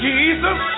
Jesus